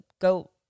go